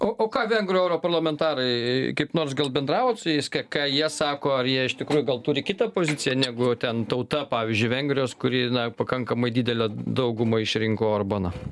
o o ką vengrų europarlamentarai kaip nors gal bendravot su jais ką ką jie sako ar jie iš tikrųjų gal turi kitą poziciją negu ten tauta pavyzdžiui vengrijos kuri na pakankamai didele dauguma išrinko orbaną